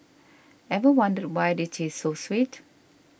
ever wondered why they taste so sweet